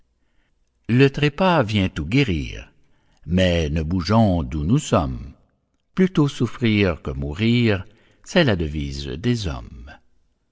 le trépas vient tout guérir mais ne bougeons d'où nous sommes plutôt souffrir que mourir c'est la devise des hommes